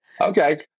Okay